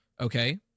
okay